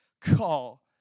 call